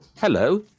Hello